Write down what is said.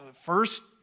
first